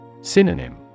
Synonym